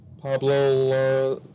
Pablo